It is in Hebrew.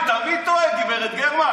אני תמיד טועה, גב' גרמן.